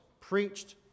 preached